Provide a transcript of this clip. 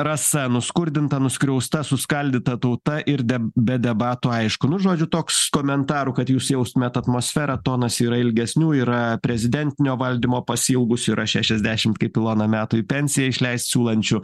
rasa nuskurdinta nuskriausta suskaldyta tauta ir de be debatų aišku nu žodžiu toks komentarų kad jūs jaustumėt atmosferą tonas yra ilgesnių yra prezidentinio valdymo pasiilgusių yra šešiasdešimt kaip ilona metų į pensiją išleist siūlančių